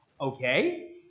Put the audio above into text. okay